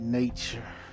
nature